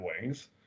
Wings